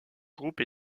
groupe